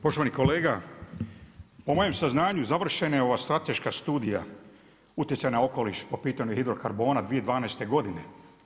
Poštovani kolega, po mojem saznanju, završena je ova strateška studija utjecaja na okoliš po pitanju hidrokarbona 2012. godine.